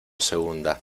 segunda